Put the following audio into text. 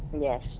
Yes